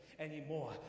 anymore